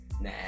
Nah